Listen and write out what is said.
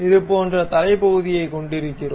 இதுபோன்ற தலை பகுதியைக் கொண்டிருக்கிறோம்